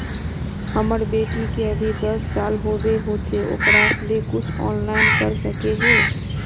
हमर बेटी के अभी दस साल होबे होचे ओकरा ले कुछ ऑनलाइन कर सके है?